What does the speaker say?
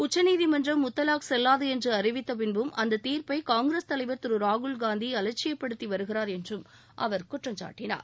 உச்சநீதிமன்றம் முத்தவாக் செல்லாது என்று அறிவித்த பின்பும் அந்த தீர்ப்பை காங்கிரஸ் தலைவர் திரு ராகுல் காந்தி அலட்சியப்படுத்தி வருகிறார் என்றும் அவர் குற்றம்சாட்டினார்